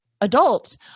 adults